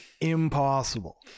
impossible